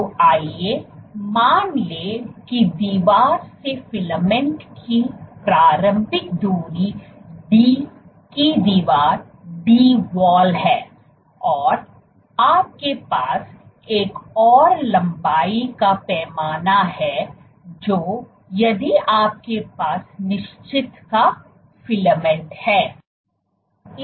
तो आइए मान लें कि दीवार से फिलामेंट की प्रारंभिक दूरी डी D की दीवार है और आपके पास एक और लंबाई का पैमाना है जो कि यदि आपके पास निश्चित का फिलामेंट है